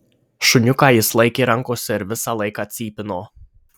šuniuką jis laikė rankose ir visą laiką cypino